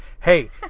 Hey